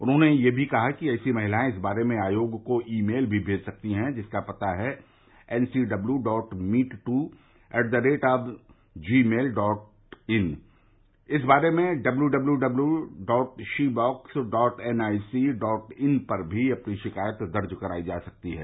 उन्होंने यह भी कहा है कि ऐसी महिलाएं इस बारे में आयोग को ई मेल भी कर सकती हैं जिसका पता है NCW dot meet two at the rate of gmail dot in dot com इस बारे में W W W dot she box dot N I C dot in पर भी ्रेपनी शिकायत दर्ज कराई जा सकती है